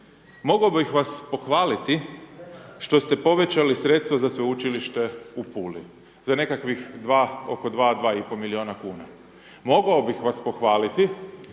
mogao bih vas pohvaliti što ste povećali sredstva za Sveučilište u Puli, za nekakvih 2, oko 2-2,5 milijuna kuna, mogao bih vas pohvaliti